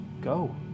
Go